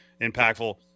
impactful